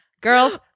girls